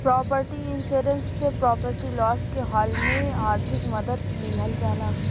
property insurance से property loss के हाल में आर्थिक मदद लीहल जाला